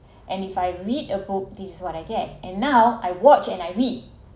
and if I read a book this is what I get and now I watch and I read